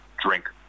drink